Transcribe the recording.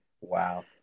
Wow